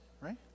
right